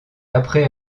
après